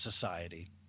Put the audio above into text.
society